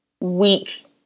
weak